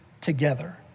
together